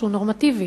שהוא נורמטיבי.